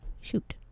Shoot